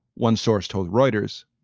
one source told reuters,